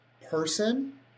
person